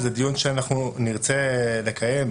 אבל זה דיון שאנחנו נרצה לקיים,